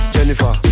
Jennifer